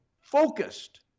focused